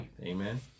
amen